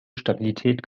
stabilität